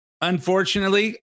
Unfortunately